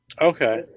Okay